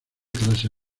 clase